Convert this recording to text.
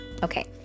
Okay